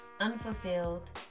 unfulfilled